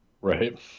Right